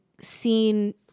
seen